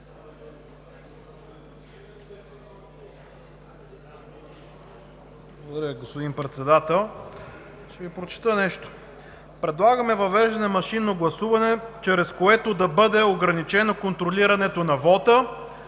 Благодаря Ви, господин Председател. Ще Ви прочета нещо: „Предлагаме въвеждане на машинно гласуване, чрез което да бъде ограничено контролирането на вота